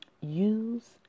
Use